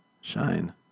Shine